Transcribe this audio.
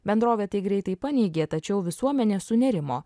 bendrovė tai greitai paneigė tačiau visuomenė sunerimo